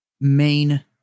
main